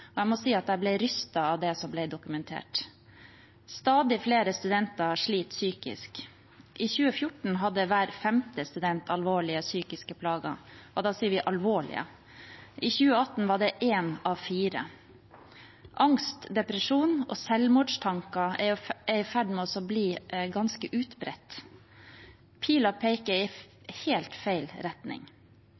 og jeg må si at jeg ble rystet av det som ble dokumentert. Stadig flere studenter sliter psykisk. I 2014 hadde hver femte student alvorlige psykiske plager, og da snakker vi om «alvorlige». I 2018 var det én av fire. Angst, depresjon og selvmordstanker er i ferd med å bli ganske utbredt. Pilene peker i helt feil retning.